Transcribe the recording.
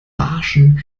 barschen